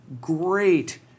great